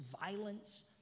violence